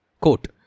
Quote